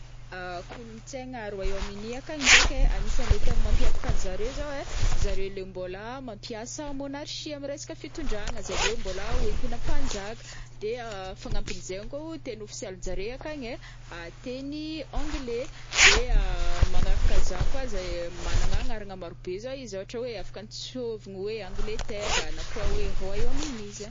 Kolontsaigna Royaume-Uni akagny ndraiky ai, agnisany le tegna mampiavaka zareo zao ai, zareo le mbôlaa mampiasa monarchie ami resaka fitondrana zegny oe mbôla oentina mpanjaka, de fagnampinizegny koao teny ofisialinjare akagny ai teny anglais, de magnaraka zagny koa zay magnana agnarana marobe zao izy ôhatra oe afaka antsovi gny oe Angleterre a na koa oe Royaume-Uni zay.